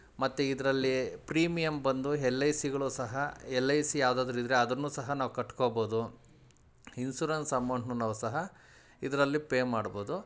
ಮತ್ತೆ ಇದರಲ್ಲಿ ಪ್ರೀಮಿಯಮ್ ಬಂದು ಹೆಲ್ ಐ ಸಿಗಳು ಸಹ ಎಲ್ ಐ ಸಿ ಯಾವುದಾದ್ರು ಇದ್ದರೆ ಅದನ್ನು ಸಹ ನಾವು ಕಟ್ಕೊಬೋದು ಇನ್ಸುರೆನ್ಸ್ ಅಮೌಂಟನ್ನು ನಾವು ಸಹ ಇದರಲ್ಲಿ ಪೇ ಮಾಡ್ಬೋದು